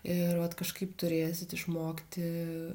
ir vat kažkaip turėsit išmokti